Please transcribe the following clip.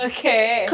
Okay